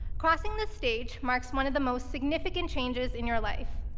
crossing the stage marks one of the most significant changes in your life.